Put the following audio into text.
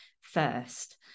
first